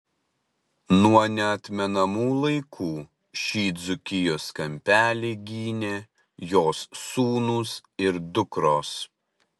nuo neatmenamų laikų šį dzūkijos kampelį gynė jos sūnūs ir dukros